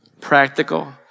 practical